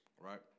Right